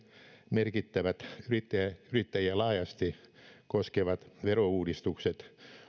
merkittävät yrittäjiä laajasti koskevat verouudistukset